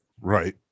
Right